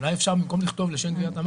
אולי אפשר, במקום לכתוב "לשם